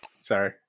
Sorry